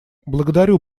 благодарю